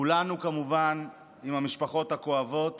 כולנו כמובן עם המשפחות הכואבות